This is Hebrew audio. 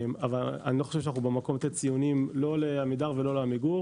אבל אנחנו לא במקום לתת ציונים לא לעמידר ולא לעמיגור.